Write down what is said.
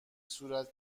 صورت